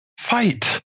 fight